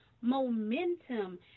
momentum